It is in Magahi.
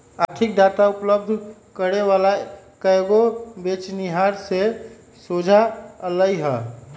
आर्थिक डाटा उपलब्ध करे वला कएगो बेचनिहार से सोझा अलई ह